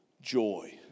joy